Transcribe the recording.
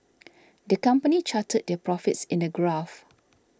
the company charted their profits in a graph